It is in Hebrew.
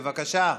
בבקשה.